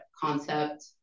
concept